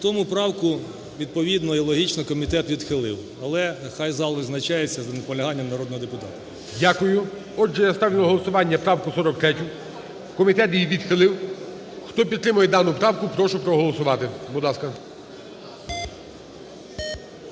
Тому правку відповідно і логічно комітет відхилив. Але хай зал визначається за наполяганням народного депутата. ГОЛОВУЮЧИЙ. Дякую. Отже, я ставлю на голосування правку 43. Комітет її відхилив. Хто підтримує дану правку, прошу проголосувати. Будь ласка.